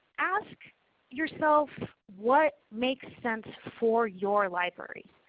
ask yourself what makes sense for your library.